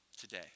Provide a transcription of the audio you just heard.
today